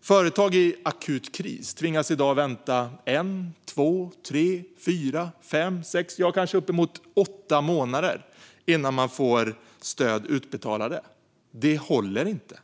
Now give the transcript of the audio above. Företag i akut kris tvingas i dag vänta i en, två, tre, fyra, fem, sex, ja kanske uppemot åtta månader innan man får stöd utbetalade. Det håller inte.